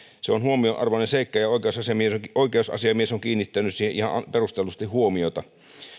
kunnassa on huomionarvoinen seikka ja ja oikeusasiamies on kiinnittänyt siihen ihan perustellusti huomiota